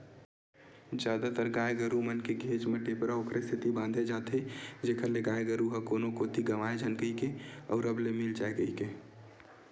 जादातर गाय गरु मन के घेंच म टेपरा ओखरे सेती बांधे जाथे जेखर ले गाय गरु ह कोनो कोती गंवाए झन कहिके अउ रब ले मिल जाय कहिके